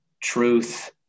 truth